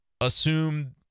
assume